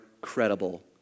credible